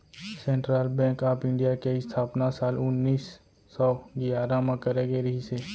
central bank of India के इस्थापना साल उन्नीस सौ गियारह म करे गे रिहिस हे